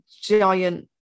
giant